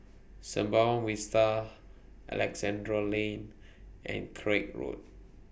Sembawang Vista Alexandra Lane and Craig Road